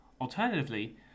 Alternatively